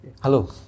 Hello